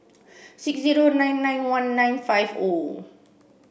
six zero nine nine one nine five O